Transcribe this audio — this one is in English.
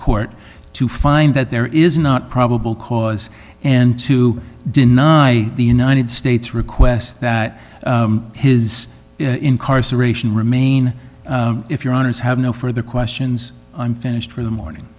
court to find that there is not probable cause and to deny the united states request that his incarceration remain if your honour's have no further questions i'm finished for the morning